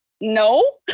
no